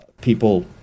people